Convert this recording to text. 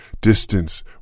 Distance